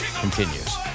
continues